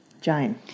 Jane